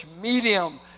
medium